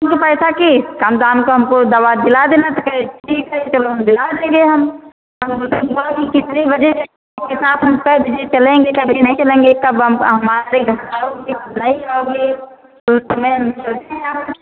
रु पैसा की कम दाम को हमको दवा दिला देना ठीक ठीक है चलो दिला देंगे हम तुम्हारी कितने बजे तक के साथ हम छः बजे चलेगे अभी नहीं चलेंगे तब हम हमारे यहाँ आओगी ले जाओगी तो